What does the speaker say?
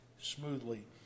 smoothly